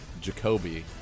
Jacoby